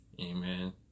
amen